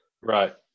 Right